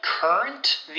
Current